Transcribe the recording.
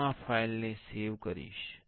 હું આ ફાઈલ ને સેવ કરીશ